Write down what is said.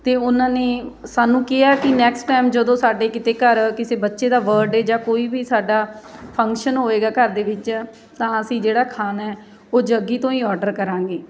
ਅਤੇ ਉਹਨਾਂ ਨੇ ਸਾਨੂੰ ਕਿਹਾ ਕਿ ਨੈਕਸਟ ਟਾਈਮ ਜਦੋਂ ਸਾਡੇ ਕਿਤੇ ਘਰ ਕਿਸੇ ਬੱਚੇ ਦਾ ਬਰਡੇ ਜਾਂ ਕੋਈ ਵੀ ਸਾਡਾ ਫੰਕਸ਼ਨ ਹੋਏਗਾ ਘਰ ਦੇ ਵਿੱਚ ਤਾਂ ਅਸੀਂ ਜਿਹੜਾ ਖਾਣਾ ਉਹ ਜੱਗੀ ਤੋਂ ਹੀ ਔਡਰ ਕਰਾਂਗੇ